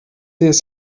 ist